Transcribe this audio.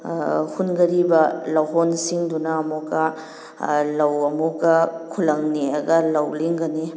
ꯍꯨꯟꯒꯈ꯭ꯔꯤꯕ ꯂꯧꯍꯣꯟꯁꯤꯡꯗꯨꯅ ꯑꯃꯨꯛꯀ ꯂꯧ ꯑꯃꯨꯛꯀ ꯈꯨꯜꯂꯪ ꯅꯦꯛꯑꯒ ꯂꯧ ꯂꯤꯡꯒꯅꯤ